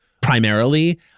primarily